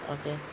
Okay